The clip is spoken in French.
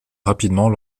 rapidement